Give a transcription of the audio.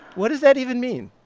what does that even mean?